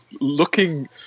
looking